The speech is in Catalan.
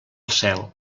cel